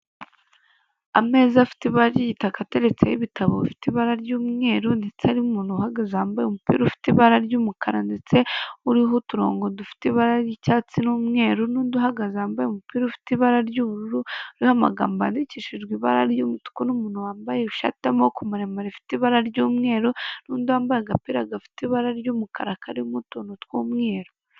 Ameza afite ibara ry'igitaka, ateretseho ibitabo bifite ibara ry'umweru, ndetse ari n'umuntu uhagaze wambaye umupira ufite ibara ry'umukara ndetse uriho uturongo dufite ibara ry'icyatsi n'umweru, n'undi uhagaze wambaye umupira ufite ibara ry'ubururu uriho amagambo yandikishijwe ibara ry'umutuku n'umuntu wambaye ishati y'amaboko maremare rifite ibara ry'umweru, n'undi wambaye agapira gafite ibara ry'umukara karimo utuntu tw'umweru.